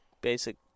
basic